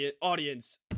audience